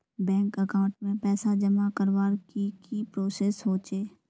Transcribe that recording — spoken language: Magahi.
बैंक अकाउंट में पैसा जमा करवार की की प्रोसेस होचे?